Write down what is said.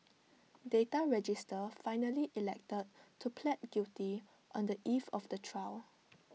data register finally elected to plead guilty on the eve of the trial